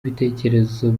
ibitekerezo